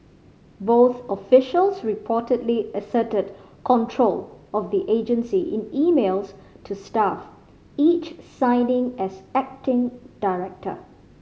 both officials reportedly asserted control of the agency in emails to staff each signing as acting director